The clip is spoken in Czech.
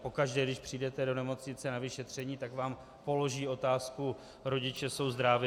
Pokaždé, když přijdete do nemocnice na vyšetření, tak vám položí otázku: Rodiče jsou zdrávi?